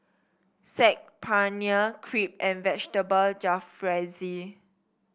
Saag Paneer Crepe and Vegetable Jalfrezi